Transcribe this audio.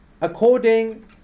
according